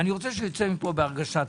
אני רוצה שייצא מפה בהרגשה טובה,